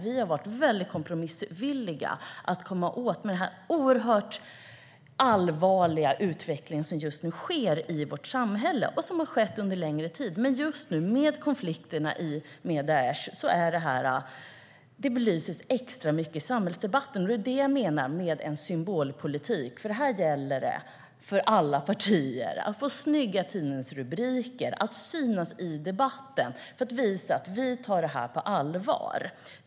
Vi har varit väldigt kompromissvilliga vad gäller att komma åt den oerhört allvarliga utveckling som just nu sker i vårt samhälle och som har skett under en längre tid. I och med konflikterna med Daish belyses detta extra mycket i samhällsdebatten just nu. Det är det jag menar med symbolpolitik - här gäller det för alla partier att få snygga tidningsrubriker och synas i debatten för att visa att de tar det här på allvar.